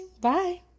Bye